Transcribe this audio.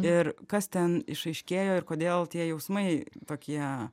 ir kas ten išaiškėjo ir kodėl tie jausmai tokie